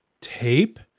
tape